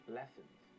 lessons